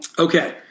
Okay